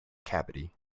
cavity